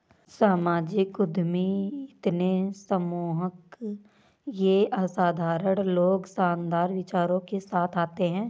सामाजिक उद्यमी इतने सम्मोहक ये असाधारण लोग शानदार विचारों के साथ आते है